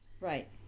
Right